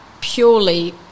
purely